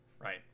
right